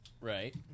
Right